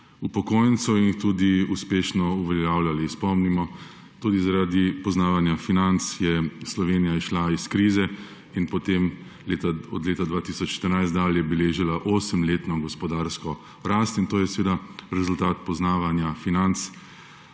upokojencev in jih tudi uspešno uveljavljali. Spomnimo, tudi zaradi poznavanja financ je Slovenija izšla iz krize in potem od leta 2014 dalje beležila osemletno gospodarsko rast; in to je seveda rezultat poznavanja financ